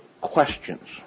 questions